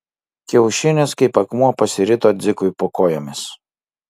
kiaušinis kaip akmuo pasirito dzikui po kojomis